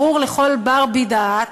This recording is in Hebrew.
ברור לכל בר-דעת,